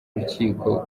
rukiko